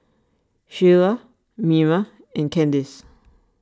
Shiela Mima and Kandice